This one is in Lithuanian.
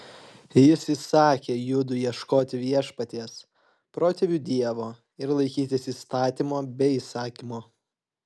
jis įsakė judui ieškoti viešpaties protėvių dievo ir laikytis įstatymo bei įsakymo